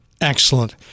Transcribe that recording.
Excellent